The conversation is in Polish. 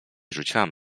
rzuciłam